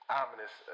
ominous